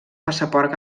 passaport